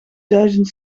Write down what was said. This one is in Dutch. duizend